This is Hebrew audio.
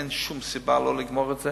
אין שום סיבה לא לגמור את זה.